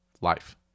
life